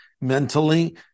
mentally